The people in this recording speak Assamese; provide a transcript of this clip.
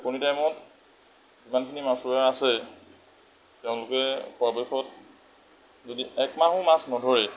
এই কণী টাইমত যিমানখিনি মাছমৰীয়া আছে তেওঁলোকে পাৰাপক্ষত যদি এক মাহো মাছ নধৰে